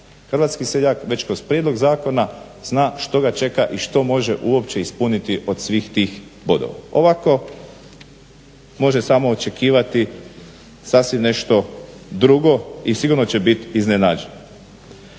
hrvatski seljak već kroz prijedlog zakona zna što ga čeka i što može uopće ispuniti od svih tih bodova. Ovako može samo očekivati sasvim nešto drugo i sigurno će bit iznenađen.